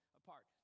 apart